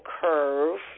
curve